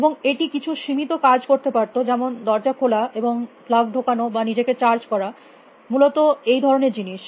এবং এটি কিছু সীমিত কাজ করতে পারত যেমন ডোস খোলা এবং প্লাগ ঢোকানো বা নিজেকে চার্জ করা মূলত এই ধরনের জিনিস